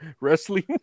wrestling